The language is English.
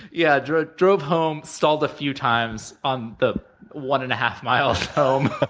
yeah. drove drove home, stalled a few times on the one and a half miles home,